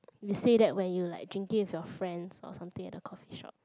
we say that when you like drinking with your friends or something at the coffee shop